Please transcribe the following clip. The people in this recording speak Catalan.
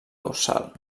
dorsal